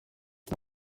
abo